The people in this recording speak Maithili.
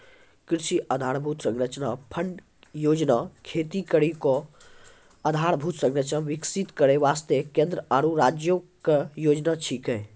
कृषि आधारभूत संरचना फंड योजना खेती केरो आधारभूत संरचना विकसित करै वास्ते केंद्र आरु राज्यो क योजना छिकै